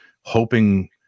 hoping